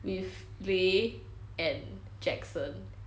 with lay and jackson